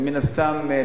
ומן הסתם,